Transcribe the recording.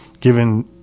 given